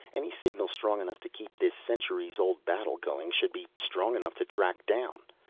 any signal strong enough to keep this centuries-old battle going should be strong enough to track down.